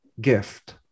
gift